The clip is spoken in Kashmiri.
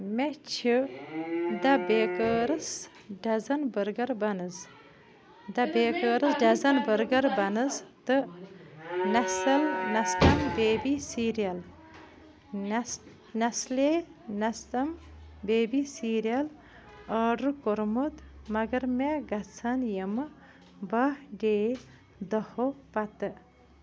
مےٚ چھِ the baker's dozen burger buns the baker's dozen burger buns تہٕ نسل لسٹم بیبی سیٖریل نیس نیسلے نستم بیبی سیٖریل آرڈر کوٚرمُت مگر مےٚ گژھن یِمہٕ بَہہ ڈے دۄہو پتہٕ